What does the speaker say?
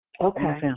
Okay